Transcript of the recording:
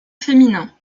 féminin